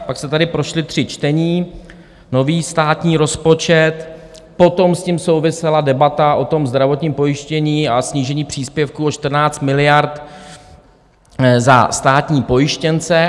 Pak se tady prošla tři čtení, nový státní rozpočet, potom s tím souvisela debata o tom zdravotním pojištění a snížení příspěvku o 14 miliard za státní pojištěnce.